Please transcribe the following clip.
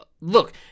Look